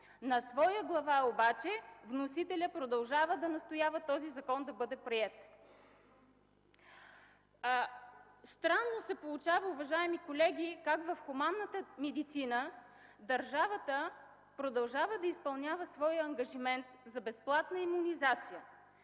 на своя глава обаче вносителят продължава да настоява този закон да бъде приет. Получава се странно, уважаеми колеги, как в хуманната медицина държавата продължава да изпълнява своя ангажимент за безплатна имунизация,